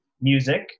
music